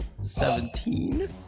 Seventeen